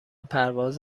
پرواز